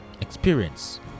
experience